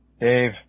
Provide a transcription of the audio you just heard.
Dave